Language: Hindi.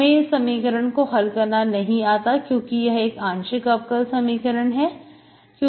हमें इस समीकरण को हल करना नहीं आता है क्योंकि यह एक आंशिक अवकल समीकरण है